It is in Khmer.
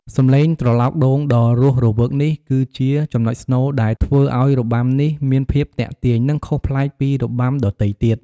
សំឡេងត្រឡោកដូងដ៏រស់រវើកនេះ គឺជាចំណុចស្នូលដែលធ្វើឱ្យរបាំនេះមានភាពទាក់ទាញ និងខុសប្លែកពីរបាំដទៃទៀត។